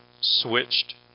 switched